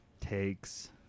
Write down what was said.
Takes